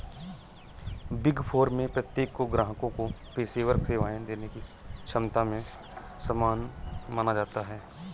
big four में प्रत्येक को ग्राहकों को पेशेवर सेवाएं देने की क्षमता में समान माना जाता है